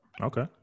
Okay